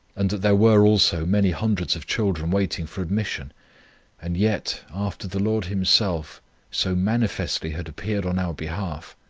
and that there were, also, many hundreds of children waiting for admission and yet, after the lord himself so manifestly had appeared on our behalf,